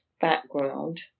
background